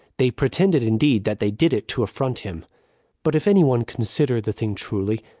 they pretended, indeed, that they did it to affront him but if any one consider the thing truly,